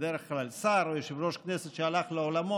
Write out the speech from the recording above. בדרך כלל שר או יושב-ראש כנסת שהלך לעולמו,